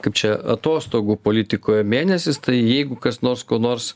kaip čia atostogų politikoje mėnesis tai jeigu kas nors ko nors